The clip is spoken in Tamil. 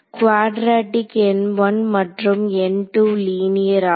குவாட்ரேடிக் மற்றும் லீனியர் ஆகும்